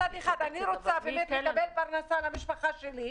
מצד אחד, אני רוצה לקבל פרנסה למשפחה שלי.